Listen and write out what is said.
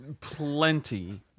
plenty